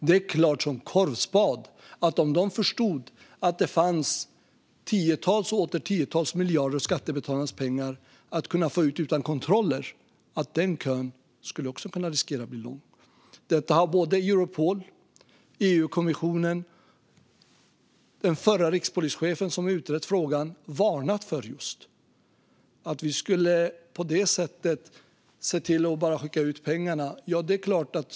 Det är klart som korvspad att om de förstod att det fanns tiotals och åter tiotals miljarder av skattebetalarnas pengar som man kunde få ut utan kontroller skulle kön riskera att bli lång. Såväl Europol som EU-kommissionen och den förra rikspolischefen, som har utrett frågan, har varnat för att bara skicka ut pengarna på det sättet.